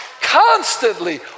constantly